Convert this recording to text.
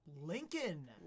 Lincoln